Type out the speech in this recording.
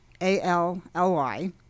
A-L-L-Y